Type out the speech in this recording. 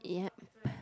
yup